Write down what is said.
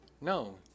No